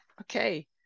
Okay